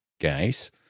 guys